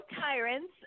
tyrants